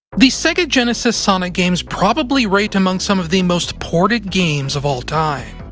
the sega genesis sonic games probably rate among some of the most ported games of all time.